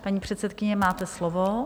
Paní předsedkyně, máte slovo.